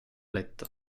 letto